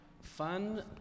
Fun